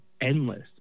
endless